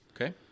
Okay